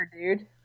dude